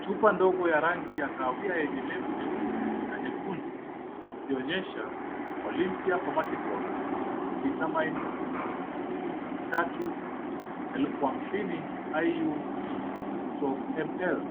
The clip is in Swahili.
Chupa ndogo ya rangi ya kahawia yenye lebo nyeusi na nyekundu, ikionyesha Olympia pharmaceutical vitamin D3 50,000 IU/ml .